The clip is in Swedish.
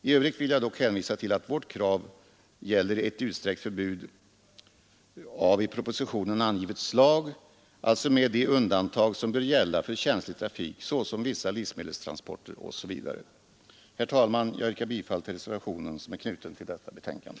I övrigt vill jag dock hänvisa till att vårt krav gäller ett utsträckt förbud av i propositionen angivet slag, alltså med de undantag som bör gälla för känslig trafik såsom vissa livsmedelstransporter osv. Herr talman! Jag yrkar bifall till den reservation som är knuten till detta betänkande.